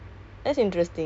I